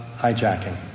hijacking